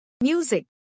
music